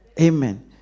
Amen